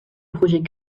projets